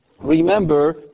remember